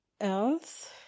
else